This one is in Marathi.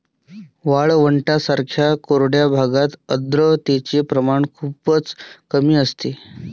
वाळवंटांसारख्या कोरड्या भागात आर्द्रतेचे प्रमाण खूपच कमी असते